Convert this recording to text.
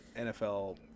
NFL